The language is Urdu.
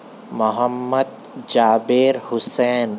محمد جابر حسین